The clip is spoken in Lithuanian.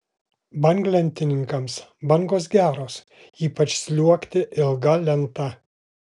banglentininkams bangos geros ypač sliuogti ilga lenta